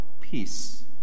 peace